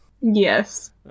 Yes